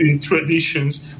traditions